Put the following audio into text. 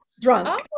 drunk